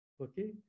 Okay